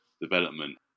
development